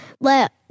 let